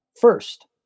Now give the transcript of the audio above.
first